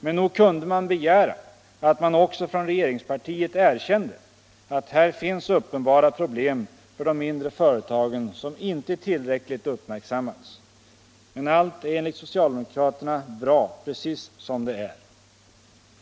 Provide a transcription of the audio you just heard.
Men nog kunde man begära att också regeringspartiet erkände att här finns uppenbara problem för de mindre företagen som inte tillräckligt uppmärksammats. Allt är dock enligt socialdemokraterna bra precis som det är.